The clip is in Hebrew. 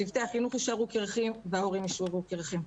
צוותי החינוך יישארו קירחים וההורים יישארו קירחים.